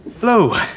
Hello